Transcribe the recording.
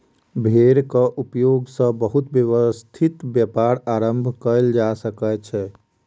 भेड़क उपयोग सॅ बहुत व्यवस्थित व्यापार आरम्भ कयल जा सकै छै